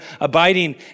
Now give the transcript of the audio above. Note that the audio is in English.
abiding